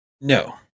No